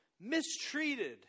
mistreated